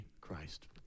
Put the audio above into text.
Christ